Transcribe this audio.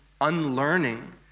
unlearning